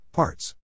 Parts